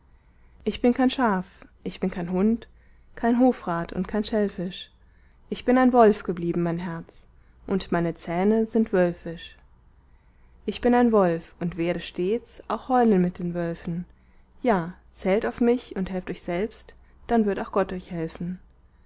ich bin kein schaf ich bin kein hund kein hofrat und kein schellfisch ich bin ein wolf geblieben mein herz und meine zähne sind wölfisch ich bin ein wolf und werde stets auch heulen mit den wölfen ja zählt auf mich und helft euch selbst dann wird auch gott euch helfen